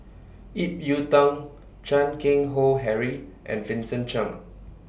Ip Yiu Tung Chan Keng Howe Harry and Vincent Cheng